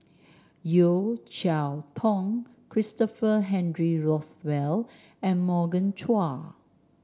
Yeo Cheow Tong Christopher Henry Rothwell and Morgan Chua